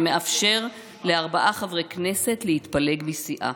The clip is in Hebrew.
שמאפשר לארבעה חברי כנסת להתפלג מסיעה,